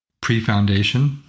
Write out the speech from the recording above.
pre-foundation